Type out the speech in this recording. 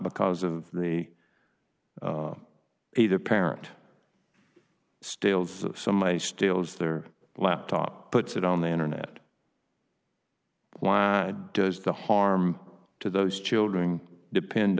because of the either parent steals somebody steals their laptop puts it on the internet why does the harm to those children depend